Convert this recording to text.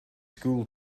school